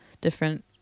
different